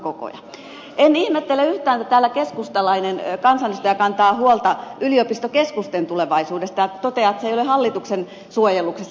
en ihmettele yhtään että täällä keskustalainen kansanedustaja kantaa huolta yliopistokeskusten tulevaisuudesta ja toteaa että se asia ei ole hallituksen suojeluksessa